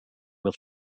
with